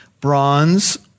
bronze